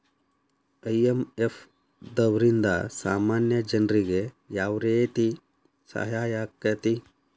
IMF ದವ್ರಿಂದಾ ಸಾಮಾನ್ಯ ಜನ್ರಿಗೆ ಯಾವ್ರೇತಿ ಸಹಾಯಾಕ್ಕತಿ?